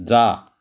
जा